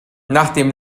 nachdem